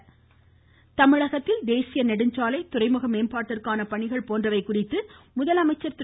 முதலமைச்சர் சந்திப்பு தமிழகத்தில் தேசிய நெடுஞ்சாலை துறைமுக மேம்பாட்டிற்கான பணிகள் போன்றவை குறித்து முதலமைச்சர் திரு